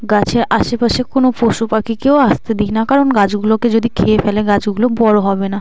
গাছের আশেপাশে কোনো পশু পাখিকেও আসতে দিই না কারণ গাছগুলোকে যদি খেয়ে ফেলে গাছগুলো বড় হবে না